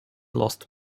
lost